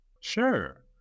Sure